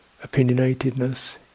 opinionatedness